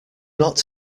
not